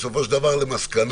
בסופו של דבר למסקנות